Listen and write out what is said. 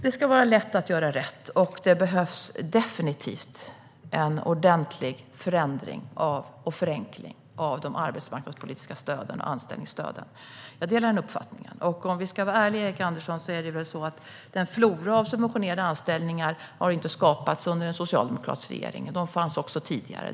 Det ska vara lätt att göra rätt, och jag delar uppfattningen att det definitivt behövs en ordentlig förändring och förenkling av de arbetsmarknadspolitiska stöden och anställningsstöden. Om vi ska ärliga, Erik Andersson, har inte denna flora av subventionerade anställningar skapats under en socialdemokratisk regering; de fanns också tidigare.